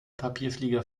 papierflieger